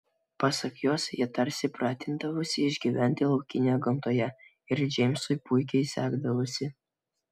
pasak jos jie tarsi pratindavosi išgyventi laukinėje gamtoje ir džeimsui puikiai sekdavosi